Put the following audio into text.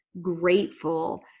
grateful